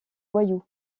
voyous